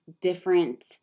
different